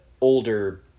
older